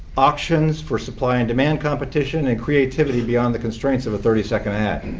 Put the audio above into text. options for supply and demand competition and creativity beyond the constraints of a thirty second ad.